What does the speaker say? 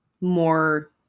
more